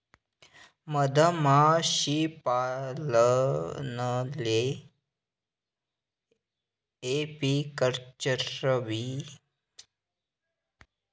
मधमाशीपालनले एपीकल्चरबी म्हणतंस